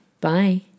Bye